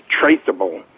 traceable